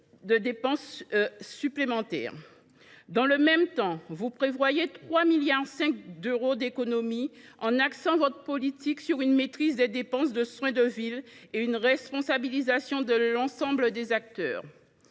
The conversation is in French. de dépenses supplémentaires. Dans le même temps, vous prévoyez 3,5 milliards d’euros d’économies, en axant votre politique sur une maîtrise des dépenses de soins de ville et une responsabilisation de l’ensemble des acteurs.